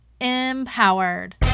empowered